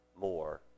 more